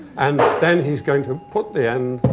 and then he's going to put the end